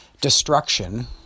destruction